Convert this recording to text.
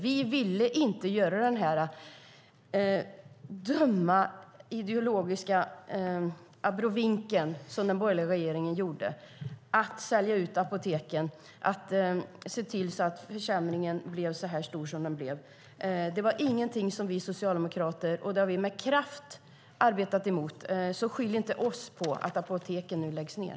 Vi ville inte göra den här dumma ideologiska abrovinken, som den borgerliga regeringen gjorde när man sålde ut apoteken och såg till att försämringen blev så stor som den blev. Det var ingenting som vi socialdemokrater ville. Och det har vi med kraft arbetat emot. Skyll inte på oss att apoteken nu läggs ned!